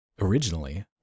originally